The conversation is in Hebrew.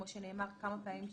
כמו שנאמר כמה פעמים,